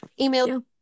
Email